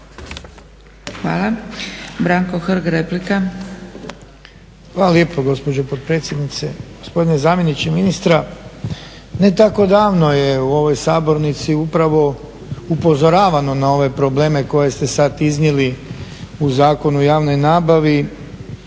**Hrg, Branko (HSS)** Hvala lijepo gospođo potpredsjednice. Gospodine zamjeniče ministra, ne tako davno je u ovoj sabornici upravo upozoravano na ove probleme koje ste sada iznijeli u Zakonu o javnoj nabavi